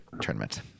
tournament